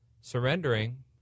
surrendering